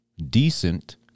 Decent